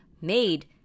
made